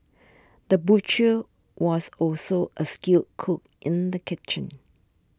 the butcher was also a skilled cook in the kitchen